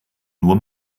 nur